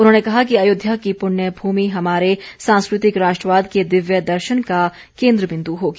उन्होंने कहा कि अयोध्या की पुण्य भूमि हमारे सांस्कृतिक राष्ट्रवाद के दिव्य दर्शन का केंद्र बिंद् होगी